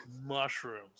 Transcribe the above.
Mushrooms